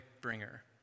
bringer